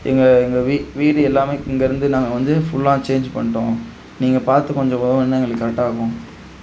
எங்கள் எங்கள் வீ வீடு எல்லாமே இங்கேயிருந்து நாங்கள் வந்து ஃபுல்லா சேஞ்ச் பண்ணிட்டோம் நீங்கள் பார்த்து கொஞ்சம் உதவினா எங்களுக்கு கரெக்டாக இருக்கும்